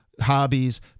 hobbies